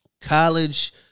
college